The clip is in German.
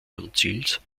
konzils